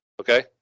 Okay